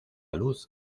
luz